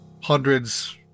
hundreds